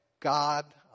God